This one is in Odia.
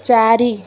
ଚାରି